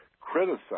criticize